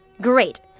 Great